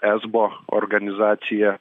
esbo organizacija